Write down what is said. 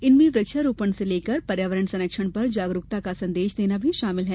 इनमें वृक्षारोपण से लेकर पर्यावरण संरक्षण पर जागरूकता का संदेश देना भी शामिल है